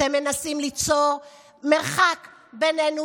אתם מנסים ליצור מרחק בינינו.